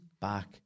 back